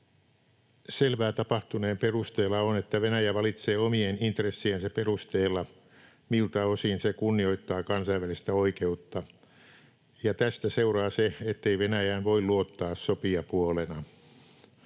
Selvää tapahtuneen perusteella on, että Venäjä valitsee omien intressiensä perusteella, miltä osin se kunnioittaa kansainvälistä oikeutta, ja tästä seuraa se, ettei Venäjään voi luottaa sopijapuolena.